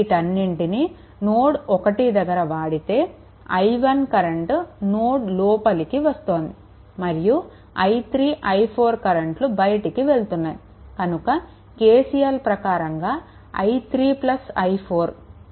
వీటన్నిటిని నోడ్1 దగ్గర వాడితే i1 కరెంట్ నోడ్ లోపటికి వస్తోంది మరియు i3 i4 కరెంట్లు బయటికి వెళ్తున్నాయి కనుక KCL ప్రకారంగా i3 i4